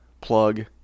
plug